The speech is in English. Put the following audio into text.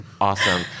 awesome